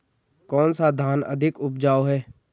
कौन सा धान अधिक उपजाऊ है?